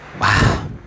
Wow